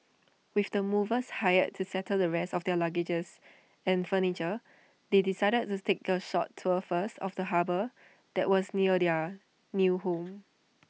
with the movers hired to settle the rest of their luggage and furniture they decided this take A short tour first of the harbour that was near their new home